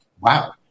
wow